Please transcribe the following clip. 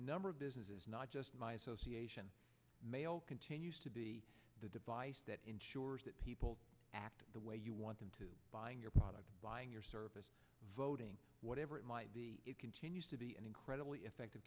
number of businesses not just my association mail continues to be the device that ensures that people act the way you want them to buying your product buying your service voting whatever it might be continues to be an incredibly effective